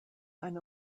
eine